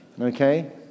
Okay